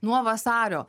nuo vasario